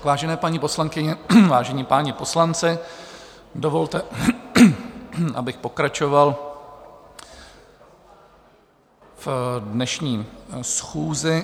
Vážené paní poslankyně, vážení páni poslanci, dovolte, abych pokračoval v dnešní schůzi.